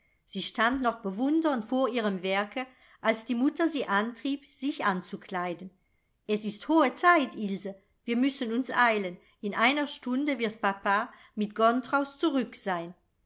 sie stand noch bewundernd vor ihrem werke als die mutter sie antrieb sich anzukleiden es ist hohe zeit ilse wir müssen uns eilen in einer stunde wird papa mit gontraus zurück sein